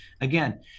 again